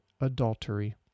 adultery